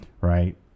right